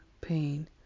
pain